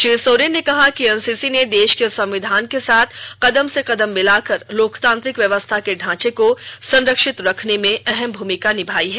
श्री सोरेन ने कहा कि एनसीसी ने देश के संविधान के साथ कदम से कदम मिलाकर लोकतांत्रिक व्यवस्था के ढांचे को संरक्षित रखने में अहम भूमिका निभाया है